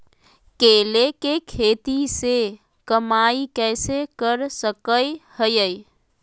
केले के खेती से कमाई कैसे कर सकय हयय?